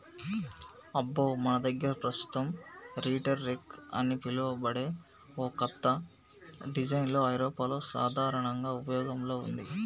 అబ్బో మన దగ్గర పస్తుతం రీటర్ రెక్ అని పిలువబడే ఓ కత్త డిజైన్ ఐరోపాలో సాధారనంగా ఉపయోగంలో ఉంది